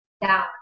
down